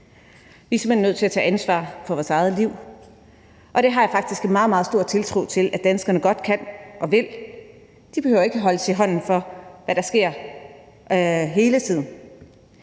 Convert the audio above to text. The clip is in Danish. Vi er simpelt hen nødt til at tage ansvar for vores eget liv, og det har jeg faktisk en meget, meget stor tiltro til at danskerne godt kan og vil. De behøver ikke hele tiden at holdes i hånden,